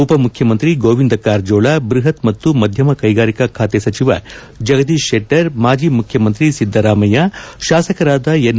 ಉಪಮುಖ್ಯಮಂತ್ರಿ ಗೋವಿಂದ ಕಾರಜೋಳ ಬೃಹತ್ ಮತ್ತು ಮಧ್ಯಮ ಕೈಗಾರಿಕಾ ಸಚಿವ ಜಗದೀಶ್ ಶೆಟ್ಟರ್ ಮಾಜಿ ಮುಖ್ಯಮಂತ್ರಿ ಸಿದ್ದರಾಮಯ್ಯ ಶಾಸಕರಾದ ಎನ್